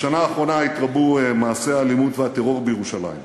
בשנה האחרונה התרבו מעשי האלימות והטרור בירושלים,